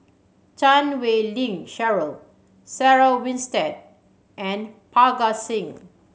Chan Wei Ling Cheryl Sarah Winstedt and Parga Singh